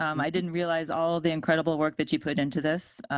um i didn't realize all the incredible work that you put into this,